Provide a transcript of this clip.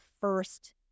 first